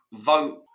vote